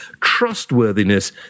trustworthiness